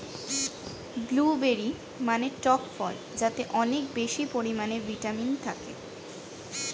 blueberry মানে টক ফল যাতে অনেক বেশি পরিমাণে ভিটামিন থাকে